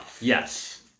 Yes